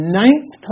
ninth